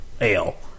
ale